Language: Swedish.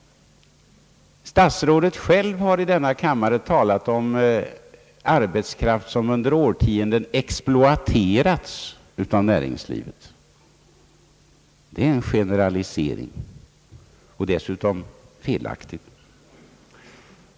Statsrådet har själv i denna kammare talat om arbetskraft som under årtionden exploaterats av näringslivet. Det är en generalisering, som dessutom är felaktig.